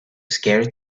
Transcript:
scared